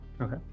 Okay